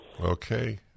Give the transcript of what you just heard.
Okay